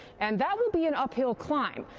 and that will be an uphill climb.